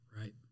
right